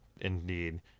indeed